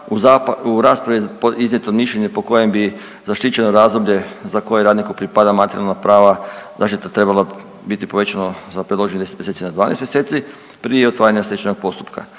u raspravi je iznijeto mišljenje po kojem bi zaštićeno razdoblje za koje radniku pripada materijalna prava zaštita trebala biti povećano za predloženih .../nerazumljivo/... mjeseci na 12 mjeseci prije otvaranja stečajnog postupka.